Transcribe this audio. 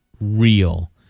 real